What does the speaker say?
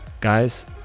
guys